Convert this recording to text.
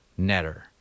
netter